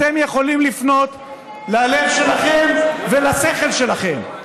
אתם יכולים לפנות ללב שלכם ולשכל שלכם.